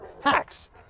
hacks